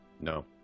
No